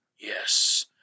Yes